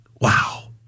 Wow